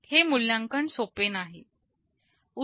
हे मूल्यांकन सोपे नाही